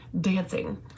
dancing